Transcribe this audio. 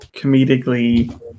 comedically